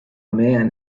man